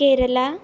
Kerala